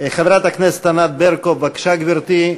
חברת הכנסת ענת ברקו, בבקשה, גברתי.